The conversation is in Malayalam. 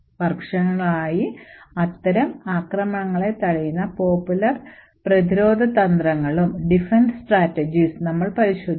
വർഷങ്ങളായി അത്തരം ആക്രമണങ്ങളെ തടയുന്ന popular പ്രതിരോധ തന്ത്രങ്ങളും നമ്മൾ പരിശോധിക്കും